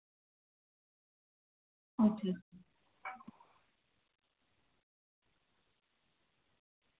अच्छा